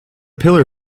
pillar